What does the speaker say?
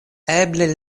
eble